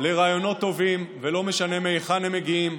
לרעיונות טובים, ולא משנה מהיכן הם מגיעים.